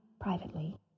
privately